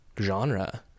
genre